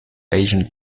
asian